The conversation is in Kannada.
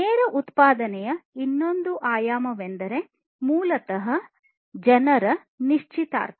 ನೇರ ಉತ್ಪಾದನೆಯ ಇನ್ನೊಂದು ಆಯಾಮವೆಂದರೆ ಮೂಲತಃ ಜನರ ನಿಶ್ಚಿತಾರ್ಥ